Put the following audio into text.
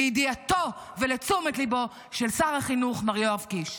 לידיעתו ולתשומת ליבו של שר החינוך מר יואב קיש.